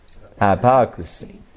hypocrisy